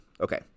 Okay